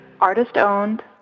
Artist-owned